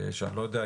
אני לא יודע,